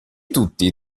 tutti